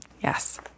Yes